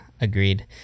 agreed